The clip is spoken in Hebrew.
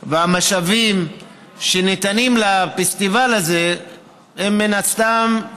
והמשאבים שניתנים לפסטיבל הזה הם, מן הסתם,